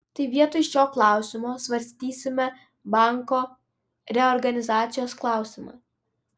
tai vietoj šio klausimo svarstysime banko reorganizacijos klausimą